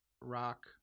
rock